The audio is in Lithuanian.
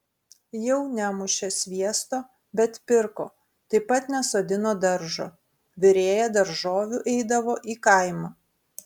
jau nemušė sviesto bet pirko taip pat nesodino daržo virėja daržovių eidavo į kaimą